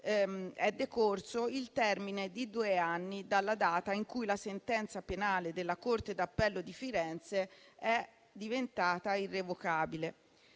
decorso il termine di due anni dalla data in cui la sentenza penale della corte d'appello di Firenze è diventata irrevocabile.